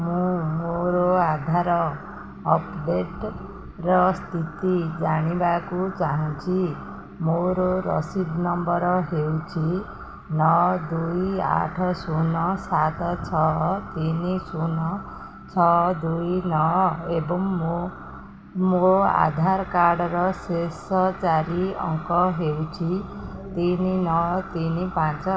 ମୁଁ ମୋ ଆଧାର ଅପଡ଼େଟ୍ର ସ୍ଥିତି ଜାଣିବାକୁ ଚାହୁଁଛି ମୋର ରସିଦ ନମ୍ବର ହେଉଛି ନଅ ଦୁଇ ଆଠ ଶୂନ ସାତ ଛଅ ତିନି ଶୂନ ଛଅ ଦୁଇ ନଅ ଏବଂ ମୋ ଆଧାର କାର୍ଡ଼ର ଶେଷ ଚାରି ଅଙ୍କ ହେଉଛି ତିନି ନଅ ତିନି ପାଞ୍ଚ